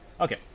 okay